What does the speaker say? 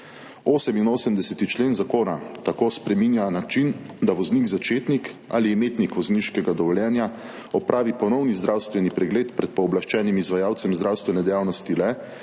88. člen zakona tako spreminja način, da voznik začetnik ali imetnik vozniškega dovoljenja opravi ponovni zdravstveni pregled pred pooblaščenim izvajalcem zdravstvene dejavnosti le,